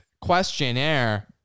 questionnaire